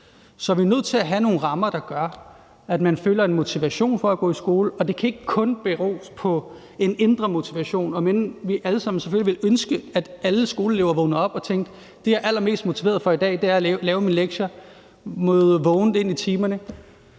Så vi er nødt til at have nogle rammer, der gør, at man føler en motivation for at gå i skole, og det kan ikke kun bero på en indre motivation, om end vi alle sammen selvfølgelig ville ønske, at alle skoleelever vågnede op om morgenen og tænkte: Det, jeg er allermest motiveret for i dag, er at lave mine lektier og møde vågen ind til i timerne.